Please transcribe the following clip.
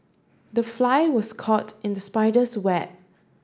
the fly was caught in the spider's web